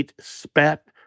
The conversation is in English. spat